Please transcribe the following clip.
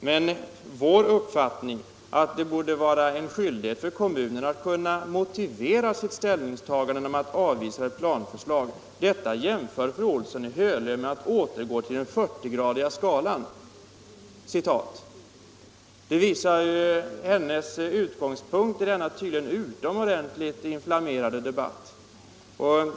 Men vår uppfattning, att det borde föreligga skyldighet för kommunerna att motivera sitt ställningstagande när de avvisar ett planförslag, jämför fru Olsson med att ”återgå till den 40-gradiga skalan”. Det visar hennes utgångspunkt i denna utomordentligt inflammerade debatt.